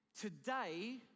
Today